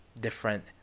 different